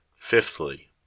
Fifthly